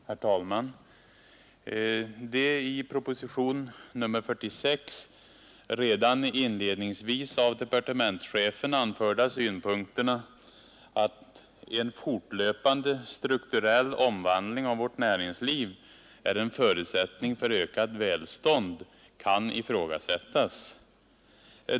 Herr talman! I propositionen anför departementschefen inledningsvis: ”En fortlöpande strukturell omvandling av vårt näringsliv är en förutsättning för ökat välstånd.” Riktigheten av den uppfattningen kan ifrågasättas.